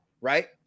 right